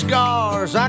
Scars